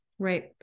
Right